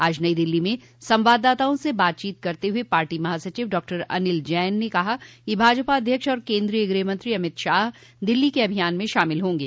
आज नई दिल्ली में संवाददाताओं से बातचीत करते हुए पार्टी महासचिव डॉक्टर अनिल जैन ने कहा कि भाजपा अध्यक्ष और केन्द्रीय गृहमंत्री अमित शाह दिल्ली के अभियान में शामिल होंगे